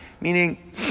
meaning